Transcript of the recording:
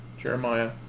Jeremiah